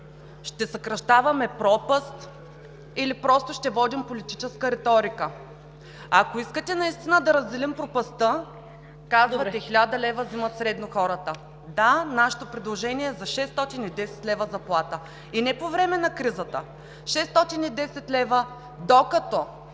ще съкращаваме пропаст или просто ще водим политическа реторика? Ако искате наистина да разделим пропастта… Казвате, 1000 лв. взимат средно хората. Да, нашето предложение е за 610 лв. заплата и не по време на кризата, а 610 лв., докато